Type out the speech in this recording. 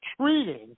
treating